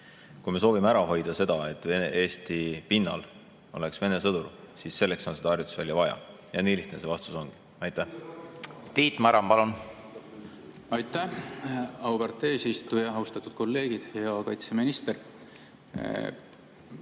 Kui me soovime ära hoida seda, et Eesti pinnal oleks Vene sõdur, siis selleks on seda harjutusvälja vaja. Nii lihtne see vastus ongi. Tiit Maran, palun! Tiit Maran, palun! Aitäh, auväärt eesistuja! Austatud kolleegid! Hea kaitseminister,